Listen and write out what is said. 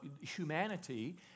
humanity